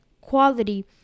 quality